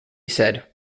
said